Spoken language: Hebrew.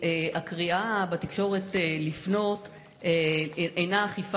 הקריאה בתקשורת לפנות אינה אכיפה,